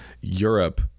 Europe